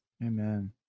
Amen